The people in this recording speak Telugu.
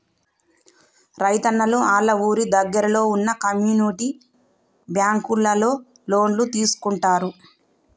రైతున్నలు ఆళ్ళ ఊరి దగ్గరలో వున్న కమ్యూనిటీ బ్యాంకులలో లోన్లు తీసుకుంటారు